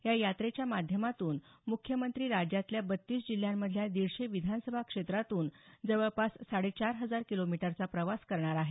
या यात्रेच्यामाध्यमातून मुख्यमंत्री राज्यातल्या बत्तीस जिल्ह्यांमधल्या दिडशे विधानसभा क्षेत्रातून जवळपास साडे चार हजार किलोमीटरचा प्रवास करणार आहेत